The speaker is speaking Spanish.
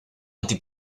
anti